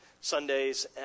Sundays